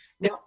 now